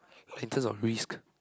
in terms of risk